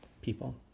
people